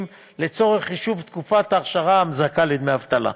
לצורך חישוב תקופת האכשרה המזכה בדמי אבטלה.